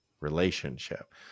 relationship